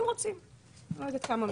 אני לא יודעת כמה מנצלים את זה.